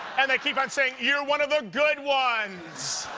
and they keep on saying, you're one of the good ones.